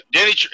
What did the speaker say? Danny